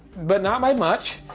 but not by much.